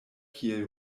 kiel